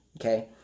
Okay